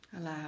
Allow